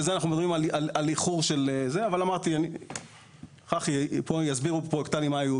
לכן אנחנו מדברים על איחור אבל אמרתי שחברת חשמלך תסביר את העיכובים.